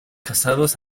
casados